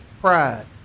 pride